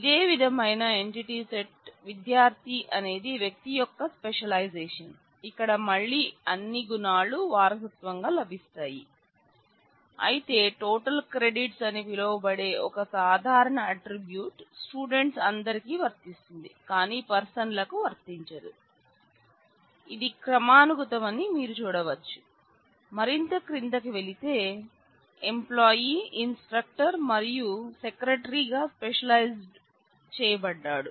ఇదే విధమైన entity set విద్యార్థి అనేది వ్యక్తి యొక్క స్పెషలైజేషన్ ఇక్కడ మళ్ళీ అన్ని గుణాలు వారసత్వంగా లభిస్తాయి అయితే టోటల్ క్రెడిట్స్ అని పిలువబడే ఒక సాధారణ అట్ట్రిబ్యూట్ స్టూడెంట్స్ అందరికీ వర్తిస్తుంది కానీ పర్సన్ లకు వర్తించదు ఇది క్రమానుగతమని మీరు చూడవచ్చు మరింత క్రిందికి వెళితే ఎంప్లాయి ఇన్స్ట్రక్టర్ మరియు సెక్రటరీగా స్పెషలైజ్ చేయబడ్డాడు